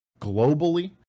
globally